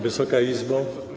Wysoka Izbo!